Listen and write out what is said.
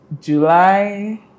July